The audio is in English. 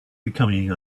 becoming